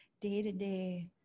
day-to-day